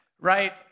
Right